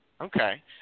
Okay